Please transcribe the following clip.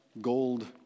gold